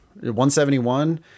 171